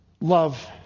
Love